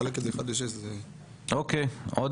מי